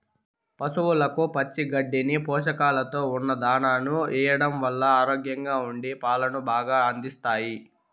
పసవులకు పచ్చి గడ్డిని, పోషకాలతో ఉన్న దానాను ఎయ్యడం వల్ల ఆరోగ్యంగా ఉండి పాలను బాగా అందిస్తాయి